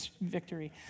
victory